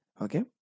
Okay